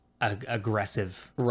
aggressive